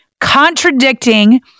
contradicting